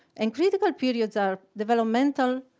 and critical periods are developmental